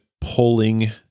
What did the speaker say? pulling